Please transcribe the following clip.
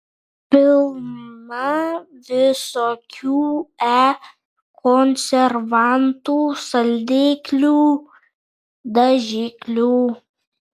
pilna visokių e konservantų saldiklių dažiklių